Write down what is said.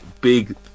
big